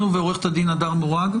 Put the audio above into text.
ועו"ד הדר מורג.